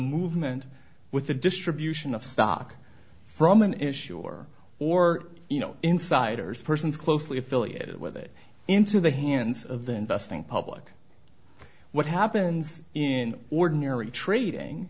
movement with the distribution of stock from an issue or or you know insiders persons closely affiliated with it into the hands of the investing public what happens in ordinary trading